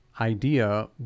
idea